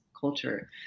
culture